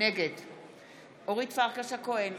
נגד אורית פרקש הכהן,